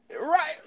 Right